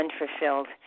unfulfilled